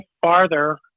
farther